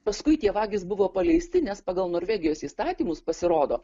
paskui tie vagys buvo paleisti nes pagal norvegijos įstatymus pasirodo